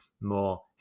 more